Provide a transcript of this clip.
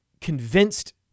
convinced